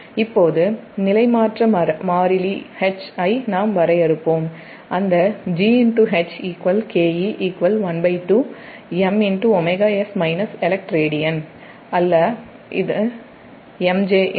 இப்போது நிலைமாற்ற மாறிலி H ஐ நாம் வரையறுப்போம் அந்தரேடியன் அல்ல இது MJ என்று